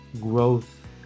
growth